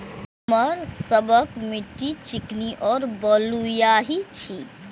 हमर सबक मिट्टी चिकनी और बलुयाही छी?